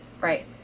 Right